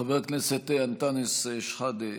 חבר הכנסת אנטאנס שחאדה,